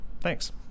Thanks